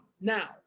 Now